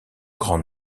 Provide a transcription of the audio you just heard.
grand